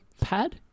pad